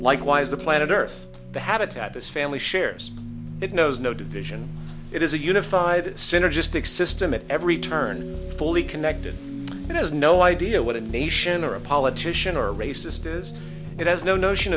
likewise the planet earth the habitat this family shares it knows no division it is a unified synergistic system at every turn fully connected it is no idea what a nation or a politician or a racist is it has no notion